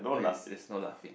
oh yes yes no laughing